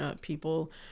people